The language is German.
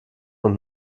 und